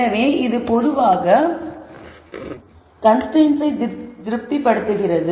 எனவே இது பொதுவான கன்ஸ்ரைன்ட்ஸை திருப்திப்படுத்துகிறது